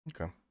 Okay